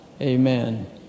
Amen